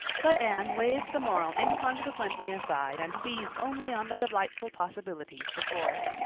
but anne waved the moral inconsequently aside and seized only on the delightful possibilities before it.